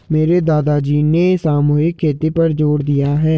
मेरे दादाजी ने सामूहिक खेती पर जोर दिया है